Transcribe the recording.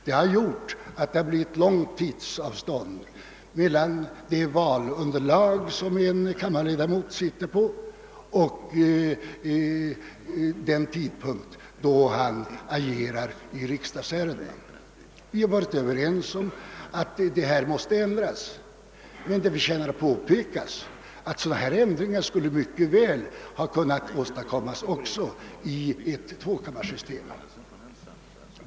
Detta har medfört att det blivit ett långt tidsavstånd mellan valunderlaget för kammarledamotens riksdagsmandat och den tidpunkt när han agerar i riksdagsärendena. Vi har varit överens om att detta förhållande måste ändras. Men det förtjänar att påpekas att sådana ändringar mycket väl skulle ha kunnat åstadkommas också i ett tvåkammarsystem.